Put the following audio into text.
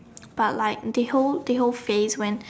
but like the whole the whole phase when